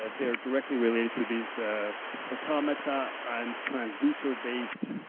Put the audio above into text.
ah they are directly related to these automata and transducer based,